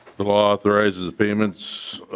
the bill authorizes payments